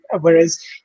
Whereas